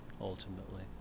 ultimately